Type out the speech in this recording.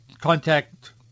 contact